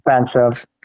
expensive